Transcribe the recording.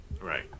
Right